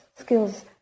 skills